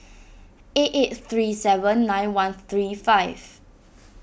eight eight three seven nine one three five